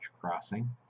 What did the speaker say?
crossing